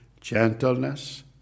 gentleness